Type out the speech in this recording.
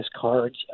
cards